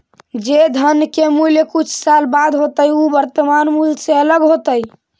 जे धन के मूल्य कुछ साल बाद होतइ उ वर्तमान मूल्य से अलग होतइ